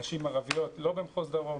נשים ערביות לא במחוז דרום,